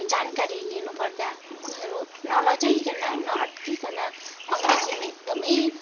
जानकारी लिनु पर्दा उनीहरू नलजाईकन नअट्कीकन अङ्ग्रेजीमा एकदमै